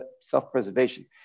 self-preservation